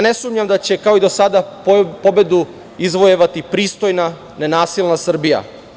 Ne sumnjam da će kao i do sada pobedu izvojevati pristojna ne nastojna Srbija.